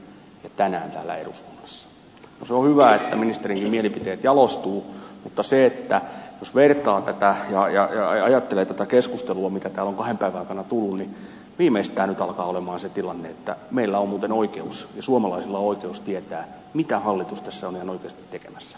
no se on hyvä että ministerinkin mielipiteet jalostuvat mutta jos vertaa ja ajattelee tätä keskustelua jota täällä on kahden päivän aikana tullut niin viimeistään nyt alkaa olla se tilanne että meillä on muuten oikeus ja suomalaisilla on oikeus tietää mitä hallitus tässä on ihan oikeasti tekemässä